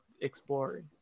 exploring